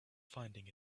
finding